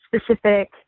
specific